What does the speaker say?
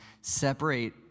separate